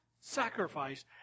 sacrifice